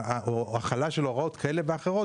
או על החלה של הוראות כאלה ואחרות,